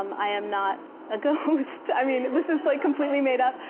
um i am not a ghost. i mean this is like completely made up.